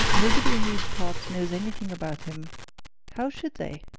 nobody in these parts knows anything about him how should they?